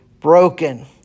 broken